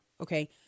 Okay